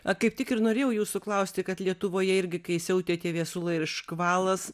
ak kaip tik ir norėjau jūsų klausti kad lietuvoje irgi kai siautė viesulai ir škvalas